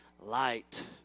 Light